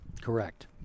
Correct